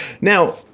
Now